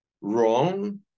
wrong